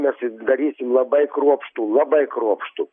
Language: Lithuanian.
mes darysim labai kruopštų labai kruopštų